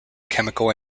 chemical